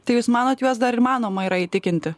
tai jūs manot juos dar įmanoma yra įtikinti